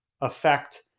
affect